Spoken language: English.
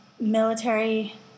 military